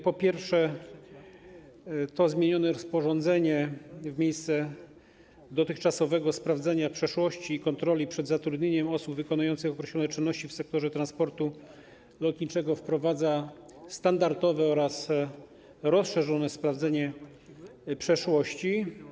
Po pierwsze, to zmienione rozporządzenie w miejsce dotychczasowego sprawdzenia przeszłości i kontroli przed zatrudnieniem osób wykonujących określone czynności w sektorze transportu lotniczego wprowadza standardowe oraz rozszerzone sprawdzenie przeszłości.